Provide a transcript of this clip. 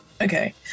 Okay